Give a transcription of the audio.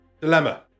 Dilemma